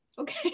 Okay